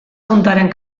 puntaren